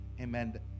Amen